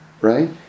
right